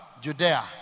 Judea